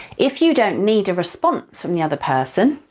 if you don't need a response from the other person,